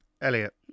elliot